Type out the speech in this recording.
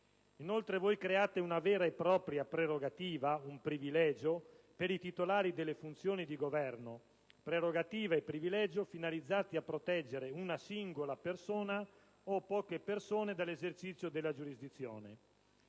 Inoltre, voi create una vera e propria prerogativa, un privilegio per i titolari delle funzioni di governo, prerogativa e privilegio finalizzati a proteggere una singola persona o poche persone dall'esercizio della giurisdizione;